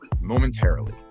momentarily